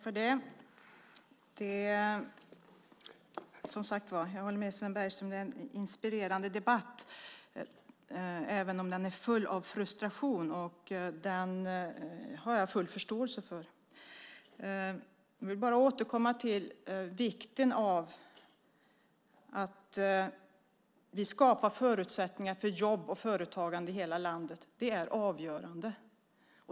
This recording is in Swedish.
Herr talman! Jag håller med Sven Bergström att det är en inspirerande debatt, även om den är full av frustration. Det har jag full förståelse för. Jag vill återkomma till vikten av att vi skapar förutsättningar för jobb och företagande i hela landet. Det är avgörande.